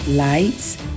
Lights